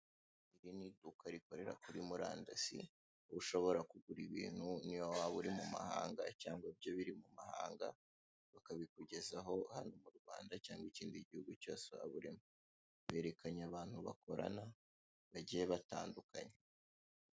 Iri ni iduka rikorera kuri murandasi aho ushobora kugura ibintu niyo waba uri mu muhanda cyangwa byo biri mu mahanga, bakabikugezaho hano mu Rwanda cyangwa ikindi gihugu cyose waba urimo, berekanye abantu bakorana bagiye batandukanye.